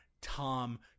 Tom